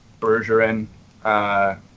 Bergeron